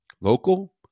local